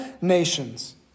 nations